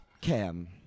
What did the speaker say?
Cam